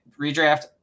redraft